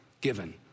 given